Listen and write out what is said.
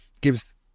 gives